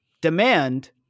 Demand